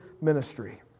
ministry